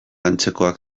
antzekoak